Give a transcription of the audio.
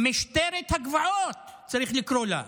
"משטרת הגבעות" צריך לקרוא לה.